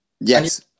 Yes